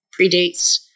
predates